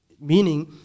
Meaning